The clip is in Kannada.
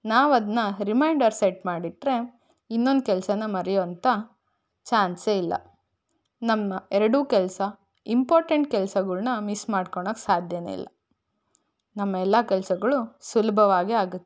ನಾವದನ್ನ ರಿಮೈನ್ಡರ್ ಸೆಟ್ ಮಾಡಿಟ್ಟರೆ ಇನ್ನೊಂದು ಕೆಲಸನ ಮರೆಯುವಂಥ ಚಾನ್ಸೇ ಇಲ್ಲ ನಮ್ಮ ಎರಡೂ ಕೆಲಸ ಇಂಪಾರ್ಟೆಂಟ್ ಕೆಲಸಗಳ್ನ ಮಿಸ್ ಮಾಡ್ಕೊಳ್ಳಕ್ಕೆ ಸಾಧ್ಯನೇ ಇಲ್ಲ ನಮ್ಮ ಎಲ್ಲ ಕೆಲಸಗಳು ಸುಲಭವಾಗಿ ಆಗತ್ತೆ